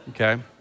Okay